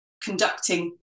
conducting